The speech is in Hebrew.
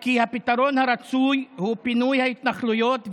כי הפתרון הרצוי הוא פינוי ההתנחלויות,